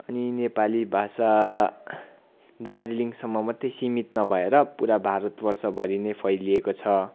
अनि नेपाली भाषा दार्जिलिङसम्म मात्रै सीमित नभएर पुरा भारतवर्ष भरि नै फैलिएको छ